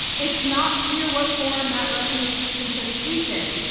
it's not clear what form that russian assistance has taken.